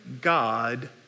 God